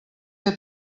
que